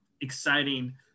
exciting